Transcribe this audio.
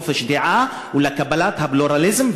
חופש דעה וקבלת הפלורליזם,